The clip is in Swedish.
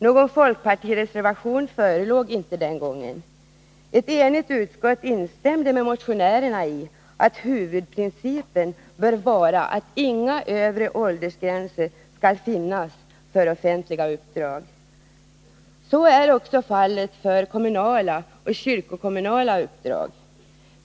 Någon folkpartireservation förelåg inte den gången. Ett enigt utskott instämde med motionärerna i att huvudprincipen bör vara att inga övre åldersgränser skall finnas för offentliga uppdrag. Så är också fallet för kommunala och kyrkokommunala uppdrag.